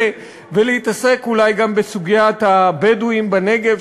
ולהתעסק אולי גם בסוגיית הבדואים בנגב,